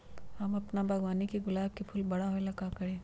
हम अपना बागवानी के गुलाब के फूल बारा होय ला का करी?